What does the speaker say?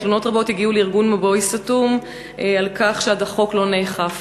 תלונות רבות הגיעו לארגון "מבוי סתום" על כך שהחוק לא נאכף.